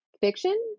fiction